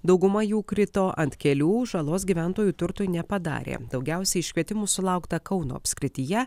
dauguma jų krito ant kelių žalos gyventojų turtui nepadarė daugiausia iškvietimų sulaukta kauno apskrityje